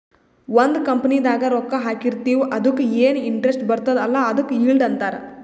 ಒಂದ್ ಕಂಪನಿದಾಗ್ ರೊಕ್ಕಾ ಹಾಕಿರ್ತಿವ್ ಅದುಕ್ಕ ಎನ್ ಇಂಟ್ರೆಸ್ಟ್ ಬರ್ತುದ್ ಅಲ್ಲಾ ಅದುಕ್ ಈಲ್ಡ್ ಅಂತಾರ್